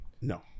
No